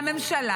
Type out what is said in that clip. והממשלה?